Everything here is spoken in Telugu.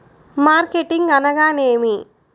మార్కెటింగ్ అనగానేమి?